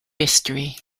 history